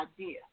idea